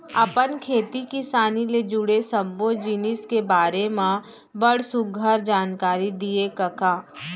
अपन खेती किसानी ले जुड़े सब्बो जिनिस के बारे म बड़ सुग्घर जानकारी दिए कका